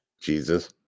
Jesus